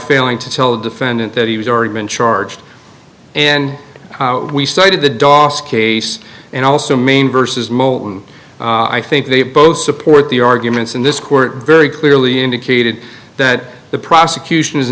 failing to tell the defendant that he was already been charged and we cited the dos case and also main versus mo i think they both support the arguments in this court very clearly indicated that the prosecution is